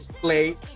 play